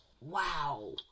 Wow